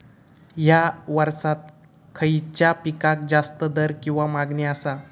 हया वर्सात खइच्या पिकाक जास्त दर किंवा मागणी आसा?